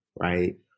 right